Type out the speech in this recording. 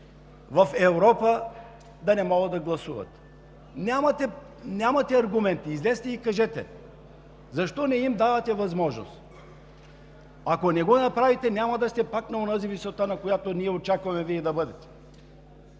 в Европа да не могат да гласуват? Нямате аргументи. Излезте и кажете защо не им давате възможност? Ако не го направите, няма да сте пак на онази висота, на която ние очакваме Вие да бъдете.